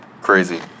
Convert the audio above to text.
crazy